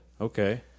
okay